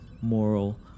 moral